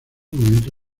momento